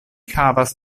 havas